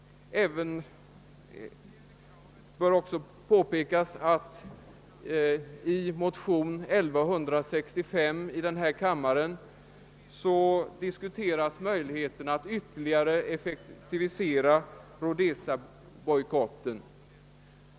I motion II: 1165 diskuteras möjligheterna att ytterligare effektivisera Rhodesia-bojkotten.